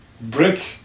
Break